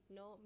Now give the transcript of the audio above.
no